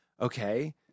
okay